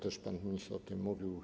Też pan minister o tym mówił.